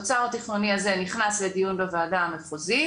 האוצר התכנוני הזה נכנס לדיון בוועדה המחוזית